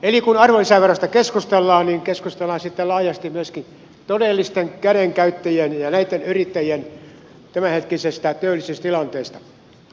eli kun arvonlisäverosta keskustellaan niin keskustellaan sitten laajasti myöskin todellisten kädenkäyttäjien ja näitten yrittäjien tämänhetkisestä työllisyystilanteesta